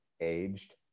aged